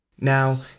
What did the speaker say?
Now